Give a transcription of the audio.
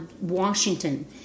Washington